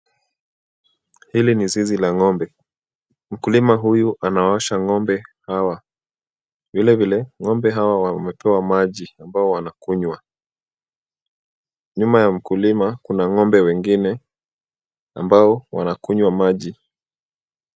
Hili ni zizi la ng'ombe. Mkulima huyu anaosha ng'ombe hawa. Vilevile, ng'ombe hawa wamepewa maji ambao wanakunywa. Nyuma ya mkulima, kuna ng'ombe wengine ambao wanakunywa maji.